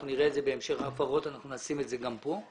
אנחנו נראה את זה בהמשך בהפרות ונשים את זה גם כאן.